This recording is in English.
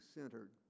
centered